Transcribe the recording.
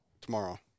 tomorrow